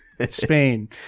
Spain